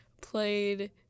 played